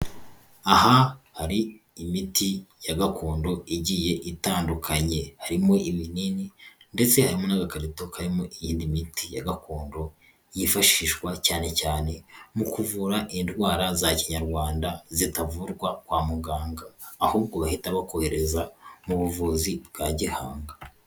Aha hari imiti ya gakondo igiye itandukanye, harimo ibinini ndetse harimo n'agakarito karimo iyindi miti ya gakondo yifashishwa cyane cyane mu kuvura indwara za kinyarwanda zitavurwa kwa muganga ahubwo bahita bakohereza mu buvuzi bwa Gihanga.